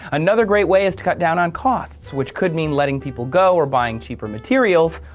another great way is to cut down on costs, which could mean letting people go, or buying cheaper materials,